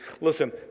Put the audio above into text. Listen